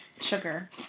sugar